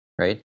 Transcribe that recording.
right